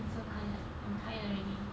so tired I'm tired already